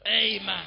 Amen